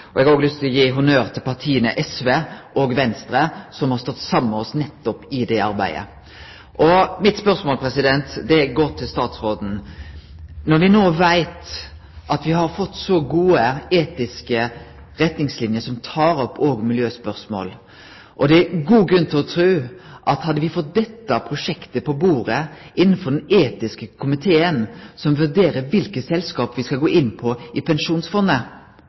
Eg har òg lyst til å gi honnør til partia SV og Venstre, som har stått saman med oss i det arbeidet. Når me no veit at me har fått så gode etiske retningslinjer som òg tek opp miljøspørsmål, er det god grunn til å tru at hadde me fått dette prosjektet på bordet i den etiske komiteen som vurderer kva for selskap me skal gå inn på i Pensjonsfondet,